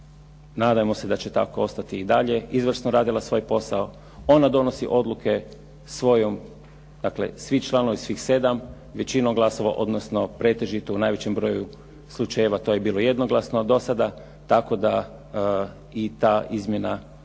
nadajmo se da će tako ostati i dalje izvrsno radila svoj posao. Ona donosi odluke svojom, dakle svi članovi, svih sedam većinom glasova, odnosno pretežito u najvećem broju slučajeva to je bilo jednoglasno do sada, tako da i ta izmjena